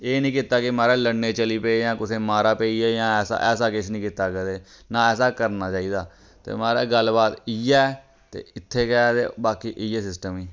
एह् नी कीता कि महाराज लड़ने चली पे जा कुसेई मारा पेई गे जां ऐसा किश नेईं कीता कदें ना ऐसा करना चाहिदा ते महाराज़ गल्लबात इ'यै ते इत्थै गै ते बाकी इ'यै सिस्टम ई